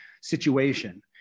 situation